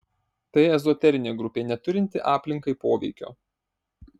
tai ezoterinė grupė neturinti aplinkai poveikio